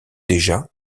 déjà